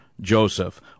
Joseph